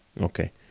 Okay